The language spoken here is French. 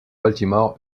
baltimore